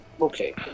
Okay